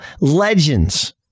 legends